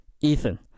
Ethan